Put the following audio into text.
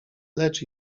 lecz